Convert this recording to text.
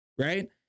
right